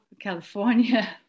California